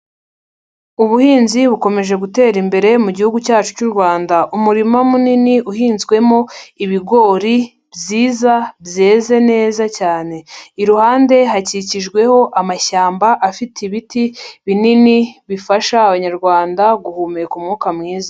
Ubuhinzi bukomeje gutera imbere mu gihugu cyacu cy'u Rwanda, umurima munini uhinzwemo ibigori byiza byeze neza cyane, iruhande hakikijweho amashyamba afite ibiti binini bifasha abanyarwanda guhumeka umwuka mwiza.